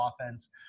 offense